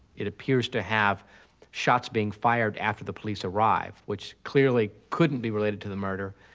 it appears to have shots being fired after the police arrived, which clearly couldn't be related to the murder.